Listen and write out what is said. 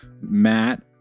Matt